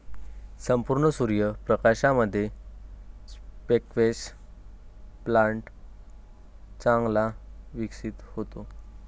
संपूर्ण सूर्य प्रकाशामध्ये स्क्वॅश प्लांट चांगला विकसित होतो